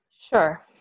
Sure